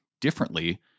differently